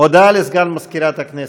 הודעה לסגן מזכירת הכנסת.